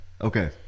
Okay